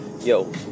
yo